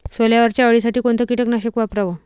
सोल्यावरच्या अळीसाठी कोनतं कीटकनाशक वापराव?